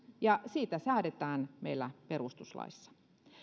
ja siitä säädetään meillä perustuslaissa